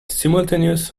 simultaneous